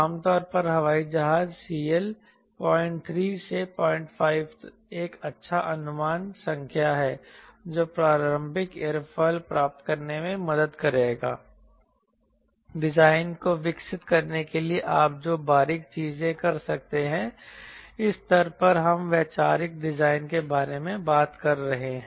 आमतौर पर हवाई जहाज CL 03 से 05 एक अच्छा अनुमान संख्या है जो प्रारंभिक एयरोफिल प्राप्त करने में मदद करेगा डिजाइन को विकसित करने के लिए आप जो बारीक चीजें कर सकते हैं इस स्तर पर हम वैचारिक डिजाइन के बारे में बात कर रहे हैं